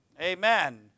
Amen